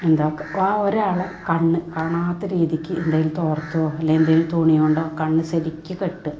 എന്താ ആ ഒരാളെ കണ്ണു കാണാത്ത രീതിക്ക് എന്തെങ്കിലും തോർത്തോ അല്ലെ എന്തെങ്കിലും തുണിയുണ്ടോ കണ്ണു ശരിക്കു കെട്ട് ആ